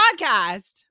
podcast